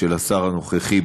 של השר הנוכחי,